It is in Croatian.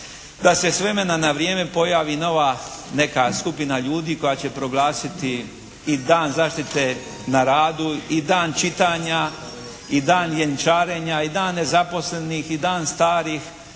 da se s vremena na vrijeme pojavi nova neka skupina ljudi koja će proglasiti i dan zaštite na radu. I dan čitanja. I dan ljenčarenja i dan nezaposlenih i dan starih